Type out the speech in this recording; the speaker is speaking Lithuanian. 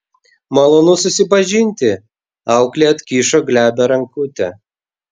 malonu susipažinti auklė atkišo glebią rankutę